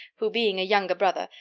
who, being a younger brother,